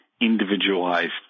individualized